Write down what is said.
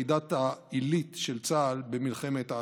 יחידת העילית של צה"ל במלחמת העצמאות.